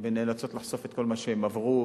ונאלצות לחשוף את כל מה שהן עברו,